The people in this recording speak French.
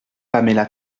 paméla